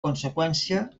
conseqüència